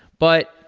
but,